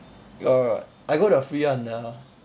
got got I go the free one the